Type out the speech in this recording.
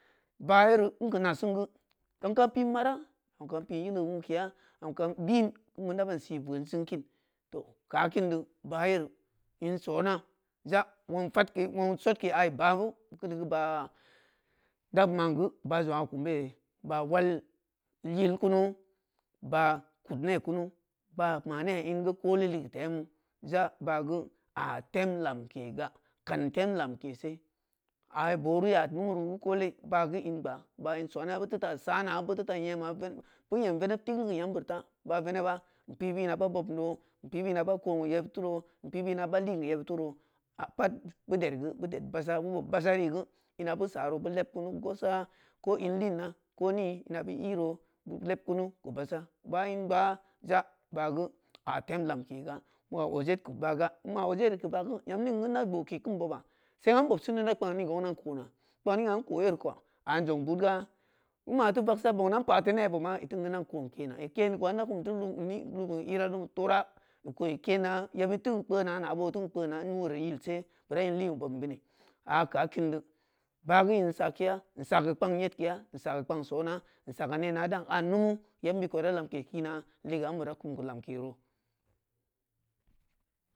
Ba’ yereu ngeu na sengu, nyam kam piin mara, yam kam piin yeleu wukeya, nyam kam gbiin kembu nna baan si veun sin kin, toh keu’akin deu ba’ yeren in sona ja wong fatke wong sodke ai ba’ geu, keuneu geu ba dan maan geu ba’ jong’a kum gereu ba’ wal yil kunu, ba’ kudne kunu, ba’ ma ne ingeu koole leuge temu, ja ba’ geu a’a tem lankega kan tem lamke se, ai boru yaan lumu reu geu koole ba’ geu in gbaa, ba’ in sona beuteutasaana beuteuta nyema vene beu nyem veneb tugeud geu yamboru ta, ba’a veneba, in pii bu ina ba bobm ndo, in pii bu ina ba koon geu yeb turo in pii bu ina ba liin geu yeb furo a’a pad bu dereu geu bu ded ba’sa bu bob basarei geu ina bu sa’ ro’o bu leb kunu gosa ko in liina ko nii ina bu e ro bbu leb kunu geu basa’ ba’ in gbaa ja ba’ geu a temlāmke ga nma ojed geu ba’ ga nma ojedreu keu ba’geu nyamningeu nna gboke keun boba, sengn’a nbobsin dii nda kppangneung dan kona kpan ningn’a nko yeureu ko a’an zong buud ga, nma ti vagsa boon dan pati ne be ma efi geu nan koon kena ekeen ni ko nda kumti lu – ni lumu ira lumu toora bo ko e keena yebed ti in pkeuna na’a bo ti in pkeuna in weureu yilse bura in liin be bob bini, a’a keu a keun di, ba’ geu in sa keya nsa keu pkaang yed keya nsa keu pkaang yed keya nsa keu pkang sona nsa keu nena danan numu yebm bid ko dai lamke kiina leugeu am bereu kum geu lamke roo.